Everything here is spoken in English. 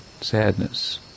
sadness